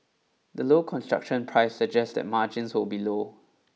the low construction price suggests that margins will be low